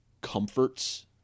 comforts